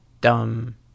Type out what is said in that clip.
dumb